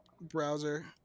browser